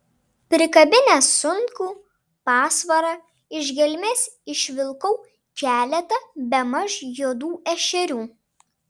prikabinęs sunkų pasvarą iš gelmės išvilkau keletą bemaž juodų ešerių